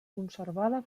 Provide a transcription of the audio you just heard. conservada